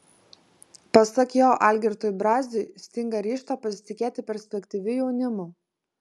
pasak jo algirdui braziui stinga ryžto pasitikėti perspektyviu jaunimu